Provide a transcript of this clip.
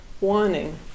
wanting